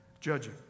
judging